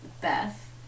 Beth